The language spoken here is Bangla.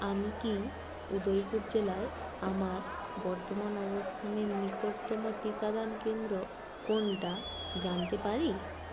আমি কি উদয়পুর জেলায় আমার বর্তমান অবস্থানের নিকটতম টিকাদান কেন্দ্র কোনটা জানতে পারি